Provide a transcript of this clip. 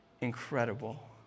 incredible